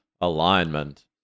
alignment